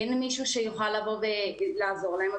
אין מישהו שיוכל לבוא ולעזור להם,